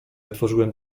otworzyłem